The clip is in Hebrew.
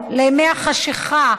לימי החשכה,